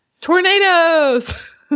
tornadoes